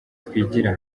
twigira